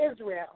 Israel